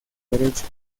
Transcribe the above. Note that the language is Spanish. derecha